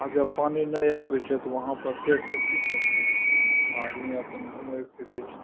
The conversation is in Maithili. आओर जब पानि नहि आबै छै तऽ वहाँपर तैरिके कि करतै सभ आदमी अपन घुमै फिरै छै